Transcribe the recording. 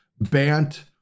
Bant